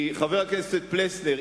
חבר הכנסת פלסנר,